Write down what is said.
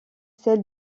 celle